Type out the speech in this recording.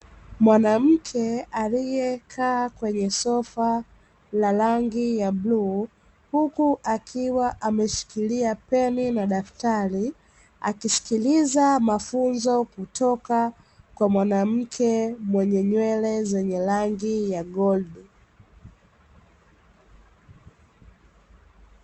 Mwanamke aliyekaa kwenye sofa la rangi ya bluu, huku akiwa ameshikilia peni na daftari, akisikiliza mafunzo toka kwa mwanamke mwenye nywele zenye rangi ya goldi.